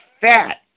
fat